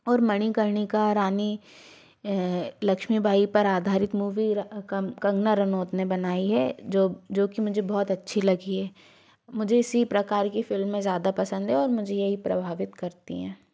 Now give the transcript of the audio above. और मणिकर्णिका रानी लक्ष्मीबाई पर आधारित मूवी कंगना रनौत ने बनाई है जो जो कि मुझे बहुत अच्छी लगी है मुझे इसी प्रकार की फ़िल्में ज़्यादा पसंद है और मुझे यही प्रभावित करती हैं